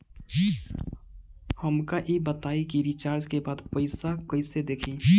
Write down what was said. हमका ई बताई कि रिचार्ज के बाद पइसा कईसे देखी?